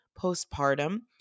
postpartum